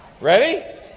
Ready